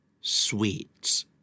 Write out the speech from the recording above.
Sweets